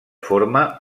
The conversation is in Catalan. forma